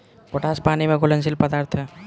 potash पानी में घुलनशील पदार्थ ह